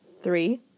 three